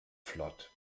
flott